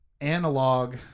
analog